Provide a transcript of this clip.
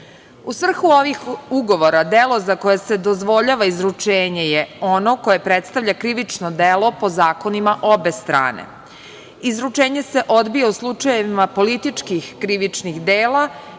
svrhu ovih ugovora delo za koje se dozvoljava izručenje je ono koje predstavlja krivično delo po zakonima obe strane. Izručenje se odbija u slučajevima političkih krivičnih dela